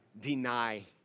Deny